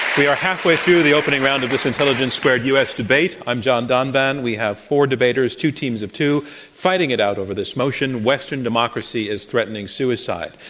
we are halfway through the opening round of this intelligence squared u. s. debate. i'm john donvan. we have four debaters, two teams of two fighting it out over this motion western democracy is threatening suicide.